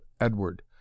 Edward